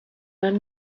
i’m